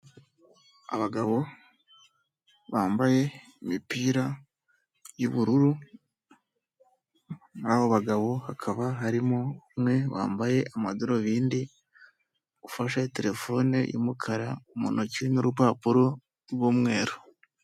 Abagabo bambaye imipira y'ubururu muri abo bagabo hakaba harimo umwe wambaye amadarubindi ufashe terefone y'umukara mu ntoki n'urupapuro rw'umweru.